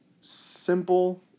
simple